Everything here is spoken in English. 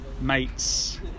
mates